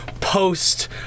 post